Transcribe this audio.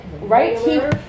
right